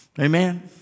Amen